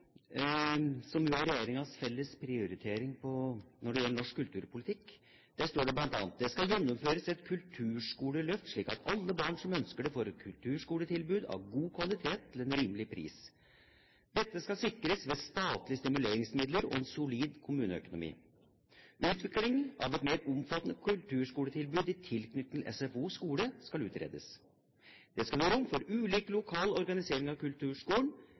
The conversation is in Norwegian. jo er regjeringas felles prioritering når det gjelder norsk kulturpolitikk. Der står det bl.a.: «Det skal gjennomføres et kulturskoleløft slik at alle barn som ønsker det får et kulturskoletilbud av god kvalitet til en rimelig pris. Dette skal sikres ved statlige stimuleringsmidler og en solid kommuneøkonomi. Utvikling av et mer omfattende kulturskoletilbud i tilknytning til SFO/skole skal utredes. Det skal være rom for ulik lokal organisering av kulturskolen.